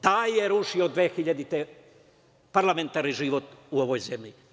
Taj je rušio 2000. godine parlamentarni život u ovoj zemlji.